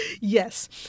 Yes